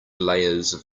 layers